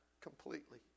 completely